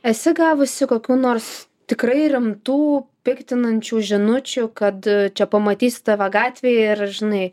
esi gavusi kokių nors tikrai rimtų piktinančių žinučių kad čia pamatysiu tave gatvėj ir žinai